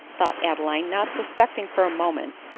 thought adeline, not suspecting for a moment,